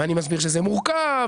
ואני מסביר שזה מורכב.